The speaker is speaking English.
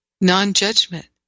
non-judgment